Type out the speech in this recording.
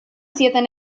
zieten